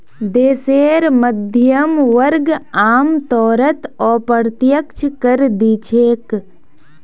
देशेर मध्यम वर्ग आमतौरत अप्रत्यक्ष कर दि छेक